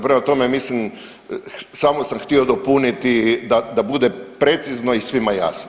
Prema tome, mislim samo sam htio dopuniti da bude precizno i svima jasno.